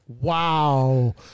Wow